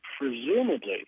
presumably